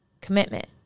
commitment